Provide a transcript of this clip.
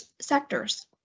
sectors